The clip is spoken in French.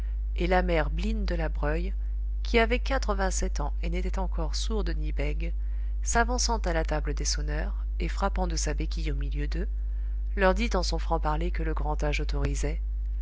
et la mère bline de la breuille qui avait quatre-vingt-sept ans et n'était encore sourde ni bègue s'avançant à la table des sonneurs et frappant de sa béquille au milieu d'eux leur dit en son franc parler que le grand âge autorisait